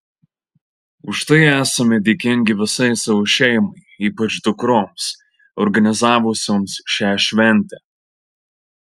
už tai esami dėkingi visai savo šeimai ypač dukroms organizavusioms šią šventę